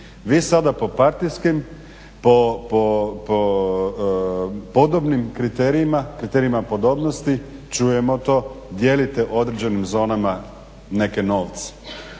Vi sada po partijskim, po podobnim kriterijima, kriterijima podobnosti čujemo to dijelite određenim zonama neke novce.